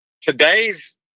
today's